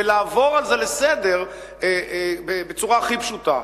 ולעבור על זה לסדר-היום בצורה הכי פשוטה.